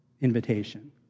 invitation